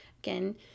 again